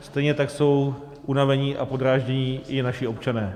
Stejně tak jsou unavení a podráždění i naši občané.